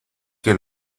que